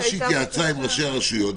אז לאחר שהתייעצה עם ראשי הרשויות,